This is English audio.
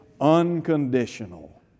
unconditional